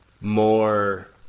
more